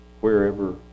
wherever